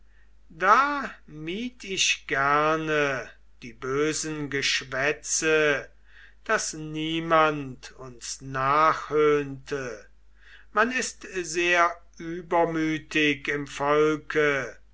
da mied ich gerne die bösen geschwätze daß niemand uns nachhöhnte man ist sehr übermütig im volke